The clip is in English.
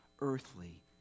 earthly